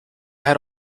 had